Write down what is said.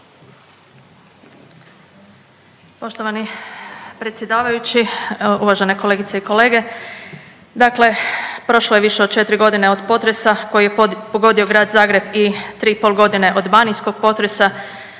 Poštovani predsjedavajući, uvažene kolegice i kolege, dakle prošlo je više od 4.g. od potresa koji je pogodio Grad Zagreb i 3 i pol godine od banijskog potresa.